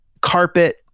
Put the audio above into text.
carpet